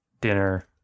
dinner